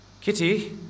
Kitty